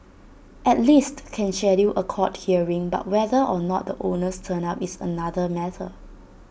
at least can schedule A court hearing but whether or not the owners turn up is another matter